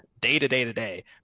day-to-day-to-day